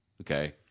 Okay